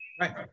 right